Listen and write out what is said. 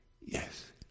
yes